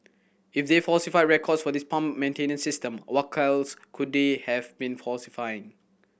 if they falsified records for this pump maintenance system what else could they have been falsifying